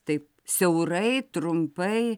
taip siaurai trumpai